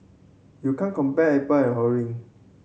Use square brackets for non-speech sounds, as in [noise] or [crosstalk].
you can't compare apple an [unintelligible]